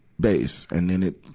base. and then it,